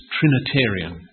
Trinitarian